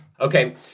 Okay